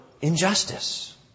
injustice